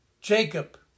Jacob